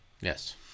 Yes